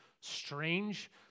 strange